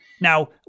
Now-